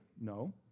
No